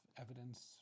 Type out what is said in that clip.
evidence